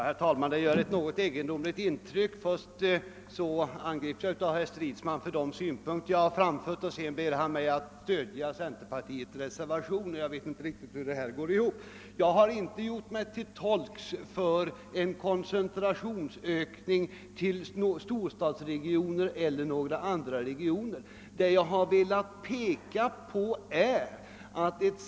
Herr talman! Det gör ett något egendomligt intryck när herr Stridsman först angriper mig för de synpunkter jag har anfört och sedan ber mig stödja centerpartisternas reservation: Jag vet inte hur det skall gå ihop. | Jag har inte gjort mig till talesman för .en koncentrationsökning till storstadsregionerna eller. några andra regioner. Vad jag velat pekapå är. att ett.